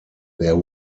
there